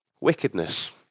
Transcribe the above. wickedness